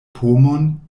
pomon